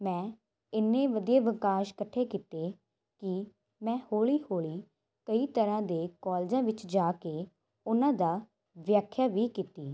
ਮੈਂ ਇੰਨੇ ਵਧੀਆ ਵਾਕਾਂਸ਼ ਇਕੱਠੇ ਕੀਤੇ ਕਿ ਮੈਂ ਹੌਲੀ ਹੌਲੀ ਕਈ ਤਰ੍ਹਾਂ ਦੇ ਕੋਲਜਾਂ ਵਿੱਚ ਜਾ ਕੇ ਉਨ੍ਹਾਂ ਦਾ ਵਿਆਖਿਆ ਵੀ ਕੀਤੀ